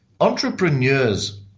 Entrepreneurs